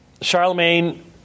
Charlemagne